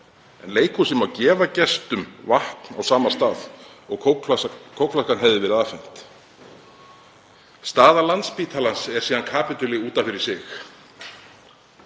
en leikhúsið má gefa gestum vatn á sama stað og kókflaskan hefði verið afhent. Staða Landspítalans er síðan kapítuli út af fyrir sig.